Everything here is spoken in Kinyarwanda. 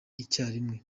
icyarimwe